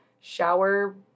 shower